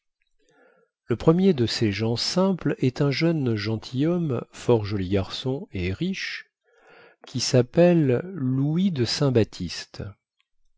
le premier de ces gens simples est un jeune gentilhomme fort joli garçon et riche qui sappelle louis de